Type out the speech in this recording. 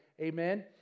amen